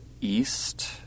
East